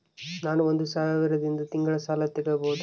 ನಾನು ಒಂದು ಸಾವಿರದಿಂದ ತಿಂಗಳ ಸಾಲ ತಗಬಹುದಾ?